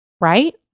right